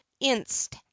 inst